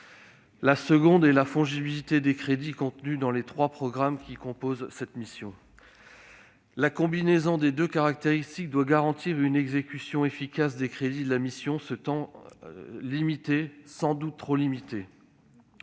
Le second, c'est la fongibilité des crédits contenus dans les trois programmes de la mission. La combinaison de ces deux éléments doit garantir une exécution efficace des crédits de la mission dans un temps limité, sans doute trop limité.